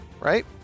right